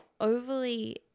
overly